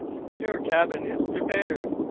your cabin is prepared.